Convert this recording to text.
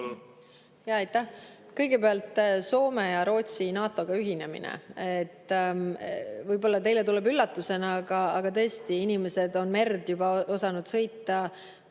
Aitäh! Kõigepealt Soome ja Rootsi NATO‑ga ühinemine. Võib-olla teile tuleb üllatusena, aga tõesti, inimesed on merd osanud sõita